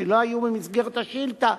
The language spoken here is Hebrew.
שלא היו במסגרת השאילתא,